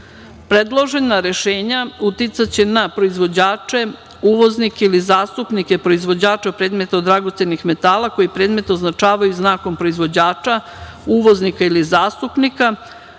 metale. Predložena rešenja uticaće na proizvođače, uvoznike ili zastupnike proizvođača predmeta od dragocenih metala koji predmet označavaju znakom proizvođača, uvoznika ili zastupnika